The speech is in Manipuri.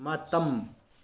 ꯃꯇꯝ